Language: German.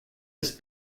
ist